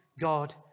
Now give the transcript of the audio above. God